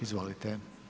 Izvolite.